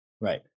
Right